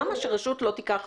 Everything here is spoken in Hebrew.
למה שרשות לא תיקח